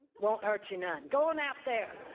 won't hurt you none. go on out there,